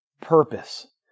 purpose